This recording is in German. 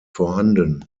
vorhanden